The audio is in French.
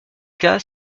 cas